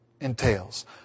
entails